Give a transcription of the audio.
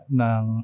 ng